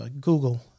Google